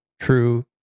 true